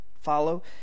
follow